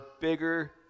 bigger